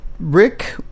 Rick